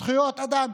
זכויות אדם,